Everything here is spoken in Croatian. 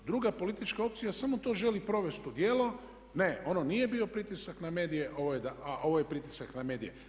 Druga politička opcija samo to želi provesti u djelo, ne ono nije bio pritisak na medije a ovo je pritisak na medije.